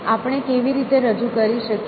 આપણે કેવી રીતે રજૂ કરી શકીએ